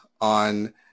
on